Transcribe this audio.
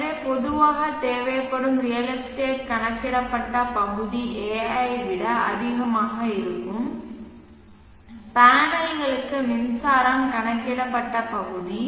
எனவே பொதுவாக தேவைப்படும் ரியல் எஸ்டேட் கணக்கிடப்பட்ட பகுதி A ஐ விட அதிகமாக இருக்கும் பேனல்களுக்கு மின்சாரம் கணக்கிடப்பட்ட பகுதி